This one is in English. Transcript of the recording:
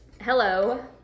Hello